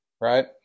right